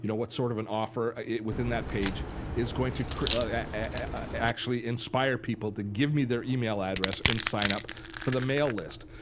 you know what sort of an offer ah within that page is going to actually inspire people to give me their email address and sign up for the mail list.